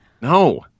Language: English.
No